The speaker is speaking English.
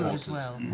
as well.